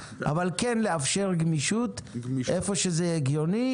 אבל כן לאפשר גמישות היכן שזה הגיוני.